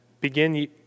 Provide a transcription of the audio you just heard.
begin